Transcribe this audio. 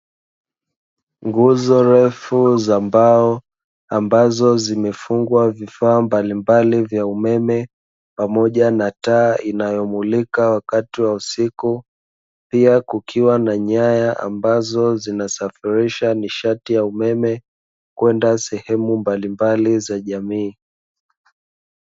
Nguzo refu za mbao ambazo zimefungwa vifaa mbalimbali vya umeme pamoja na taa inayomulika wakati wa usiku, pia kukiwa na nyaya ambazo zinasafirisha nishati ya umeme kwenda sehemu mbalimbali za jamii.